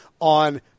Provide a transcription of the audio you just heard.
on